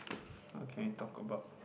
how can you talk about